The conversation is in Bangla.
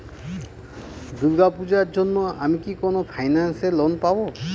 দূর্গা পূজোর জন্য আমি কি কোন ফাইন্যান্স এ লোন পাবো?